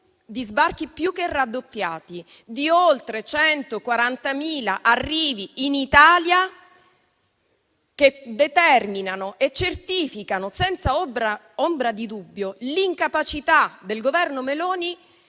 di sbarchi più che raddoppiati, di oltre 140.000 arrivi in Italia che determinano e certificano senza ombra di dubbio l'incapacità del Governo Meloni